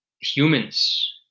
humans